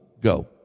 go